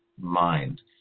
mind